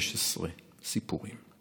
23,816 סיפורים.